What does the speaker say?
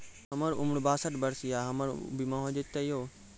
हमर उम्र बासठ वर्ष या हमर बीमा हो जाता यो?